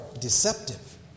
deceptive